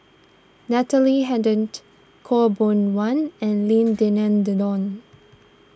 Natalie Hennedige Khaw Boon Wan and Lim Denan Denon